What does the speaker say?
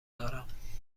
دارم